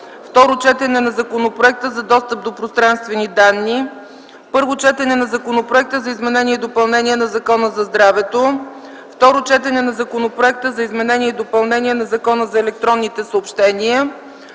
Второ четене на Законопроекта за достъп до пространствени данни. 15. Първо четене на Законопроекта за изменение и допълнение на Закона за здравето. 16. Второ четене на Законопроекта за изменение и допълнение на Закона за електронните съобщения.